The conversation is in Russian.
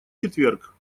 четверг